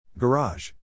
Garage